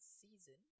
season